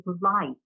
light